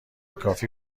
کافی